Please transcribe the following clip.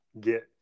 get